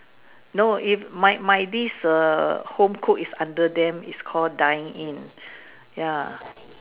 no if my my this err home cooked is under them it's called dine in ya